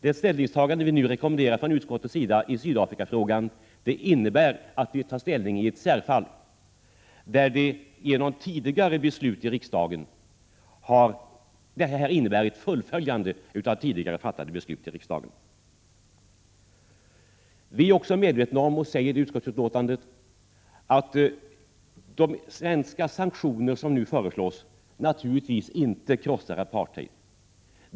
Det ställningstagande vi från utskottets sida rekommenderar i Sydafrikafrågan innebär att vi tar ställning i ett särfall, där vi fullföljer tidigare fattade riksdagsbeslut. Vi är medvetna om, säger vi i utskottsbetänkandet, att de svenska sanktioner som nu föreslås naturligtvis inte krossar apartheid.